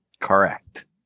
Correct